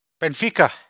Benfica